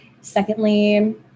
Secondly